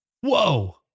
Whoa